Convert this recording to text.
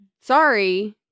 sorry